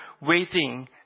waiting